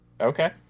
Okay